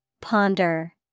Ponder